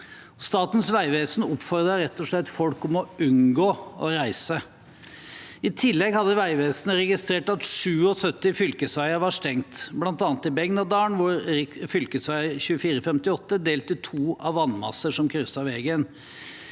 Statens vegvesen oppfordret rett og slett folk til å unngå å reise. I tillegg hadde Vegvesenet registrert at 77 fylkesveier var stengt, bl.a. i Begnadalen, hvor fv. 2458 var delt i to av vannmasser som krysset veien.